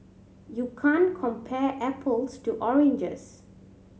you can't compare apples to oranges